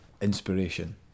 inspiration